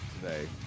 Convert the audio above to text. today